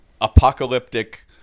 apocalyptic